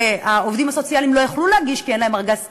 שהעובדים הסוציאליים לא יכלו להגיש כי אין להם ארגז כלים,